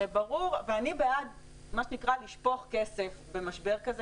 אני בעד לשפוך כסף במשבר כזה,